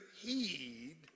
heed